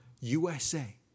USA